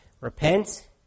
Repent